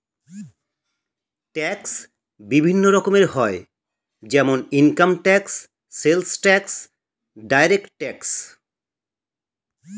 tax বিভিন্ন রকমের হয় যেমন income tax, sales tax, direct tax